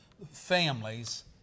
Families